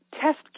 test